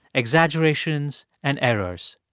exaggerations and errors.